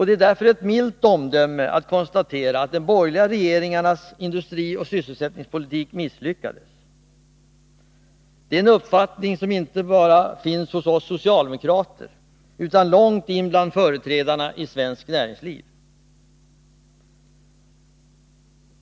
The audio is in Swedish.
Det är därför ett milt omdöme att konstatera att de borgerliga regeringarnas industrioch sysselsättningspolitik misslyckades. Det är en uppfattning som inte bara finns hos oss socialdemokrater utan långt in bland företrädarna för svenskt näringsliv.